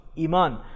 Iman